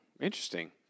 interesting